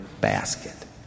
basket